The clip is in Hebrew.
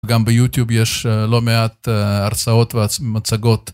גם ביוטיוב יש לא מעט הרצאות ומצגות